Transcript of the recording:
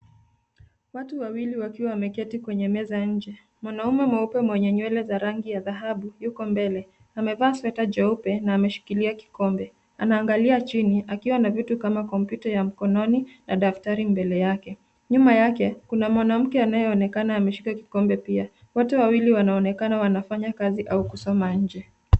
Watu wawili wakiwa wameketi kwenye meza nje. Mwanaume mweupe mwenye nywele za rangi ya dhahabu yuko mbele. Amevaa sweta jeupe na ameshikilia kikombe. Anaangalia chini akiwa na vitu kama kompyuta ya mkononi na daftari mbele yake. Nyuma yake, kuna mwanamke anayeonekana ameshika kikombe pia. Wote wawili wanaonekana wanafanya kazi au kusoma nje.